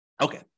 Okay